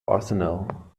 arsenal